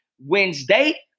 Wednesday